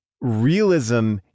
realism